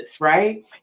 right